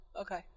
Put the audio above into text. okay